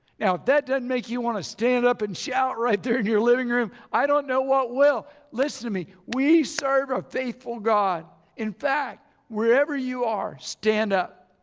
now that doesn't make you want to stand up and shout right there in your living room i don't know what will. listen to me, we serve a faithful god. in fact wherever you are stand up.